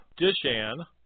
Dishan